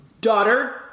daughter